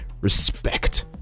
Respect